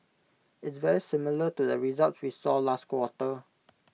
it's very similar to the results we saw last quarter